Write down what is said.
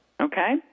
okay